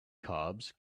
cobs